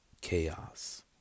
Chaos